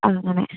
അങ്ങനെ